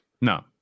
No